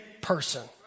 person